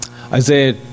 Isaiah